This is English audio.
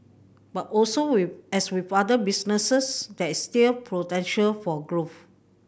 but also as with other businesses there is still potential for growth